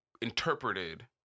interpreted